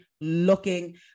looking